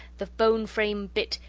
the bone-frame bit,